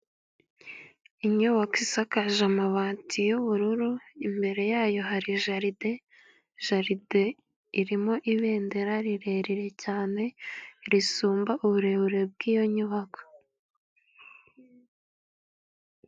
Inyubako isakaje amabati y'ubururu, imbere yayo hari jaride, jaride irimo ibendera rirerire cyane, risumba uburebure bw'iyo nyubako.